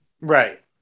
Right